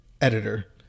editor